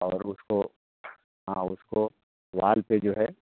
और उसको हाँ उसको वाल पर जो है